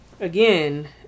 Again